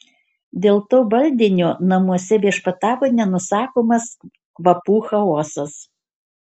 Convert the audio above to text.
dėl to baldinio namuose viešpatavo nenusakomas kvapų chaosas